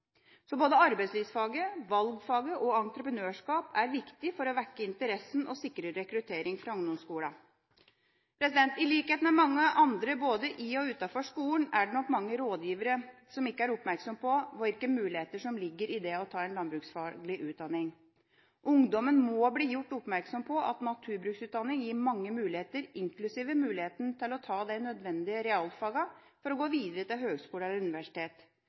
Både arbeidslivsfaget, valgfaget og entreprenørskap er viktig for å vekke interessen og sikre rekruttering fra ungdomsskolene. I likhet med mange andre, både i og utenfor skolen, er det nok mange rådgivere som ikke er oppmerksomme på hvilke muligheter som ligger i det å ta en landbruksfaglig utdanning. Ungdommen må bli gjort oppmerksom på at naturbruksutdanning gir mange muligheter, inklusiv muligheten til å ta de nødvendige realfagene for å gå videre til høgskole eller universitet.